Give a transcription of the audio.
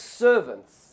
servants